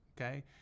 okay